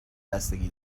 بستگی